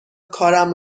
کارم